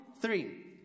three